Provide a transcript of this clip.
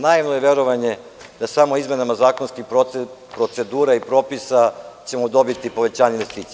Naivno je verovanje da samo izmenama zakonskih procedura i propisa ćemo dobiti povećanje investicija.